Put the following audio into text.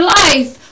life